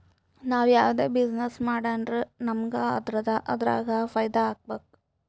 ನಾವ್ ಯಾವ್ದೇ ಬಿಸಿನ್ನೆಸ್ ಮಾಡುರ್ನು ನಮುಗ್ ಅದುರಾಗ್ ಫೈದಾ ಆಗ್ಬೇಕ